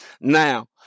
Now